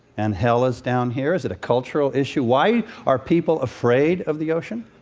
and hell is down here? is it a cultural issue? why are people afraid of the ocean?